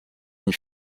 une